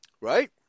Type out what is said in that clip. right